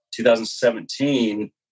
2017